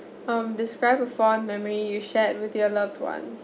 um describe a fond memory you shared with your loved one